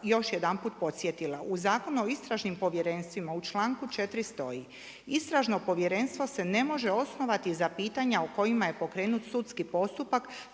još jedanput podsjetila, u Zakonu o istražnim povjerenstvima u članku 4. stoji: „Istražno povjerenstvo se ne može osnovati za pitanja o kojima je pokrenut sudski postupak